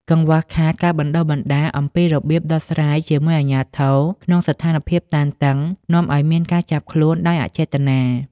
កង្វះខាតការបណ្តុះបណ្តាលអំពីរបៀបដោះស្រាយជាមួយអាជ្ញាធរក្នុងស្ថានភាពតានតឹង នាំឱ្យមានការចាប់ខ្លួនដោយអចេតនា។